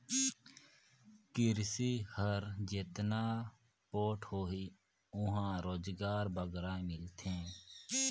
किरसी हर जेतना पोठ होही उहां रोजगार बगरा मिलथे